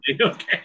Okay